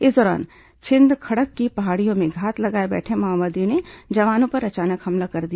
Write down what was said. इस दौरान छिंदखड़क की पहाड़ियों में घात लगाए बैठे माओवादियों ने जवानों पर अचानक हमला कर दिया